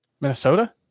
Minnesota